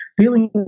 feeling